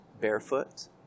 barefoot